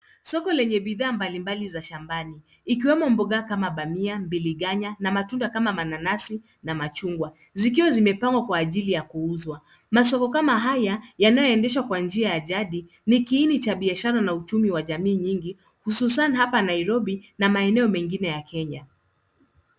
Soko lenye bidhaa mbalimbali za shambani, ikiwemo mboga kama dania, bilinganya na matunda kama mananasi na machungwa, zikiwa zimepangwa kwa ajili ya kuuzwa. Masoko kama haya, yanayoendeshwa kwa njia ya jadi, ni kiini cha biashara na uchumi wa jamii nyingi, hususan hapa Nairobi na maeneo mengine ya Kenya.